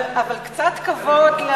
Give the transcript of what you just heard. אבל קצת כבוד,